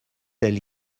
elle